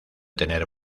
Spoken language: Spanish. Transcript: tener